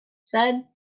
said